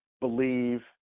believe